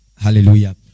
Hallelujah